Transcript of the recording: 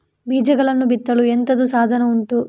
ಬೀಜಗಳನ್ನು ಬಿತ್ತಲು ಎಂತದು ಸಾಧನ ಉಂಟು?